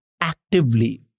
actively